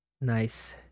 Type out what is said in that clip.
Nice